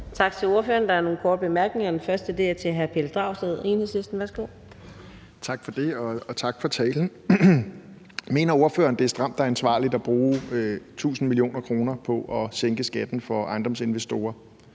Tak til ordføreren. Der er nogle korte bemærkninger, og den første er til hr. Pelle Dragsted, Enhedslisten. Værsgo Kl. 13:14 Pelle Dragsted (EL): Tak for det, og tak for talen. Mener ordføreren, det er stramt og ansvarligt at bruge 1.000 mio. kr. på at sænke skatten for ejendomsinvestorer,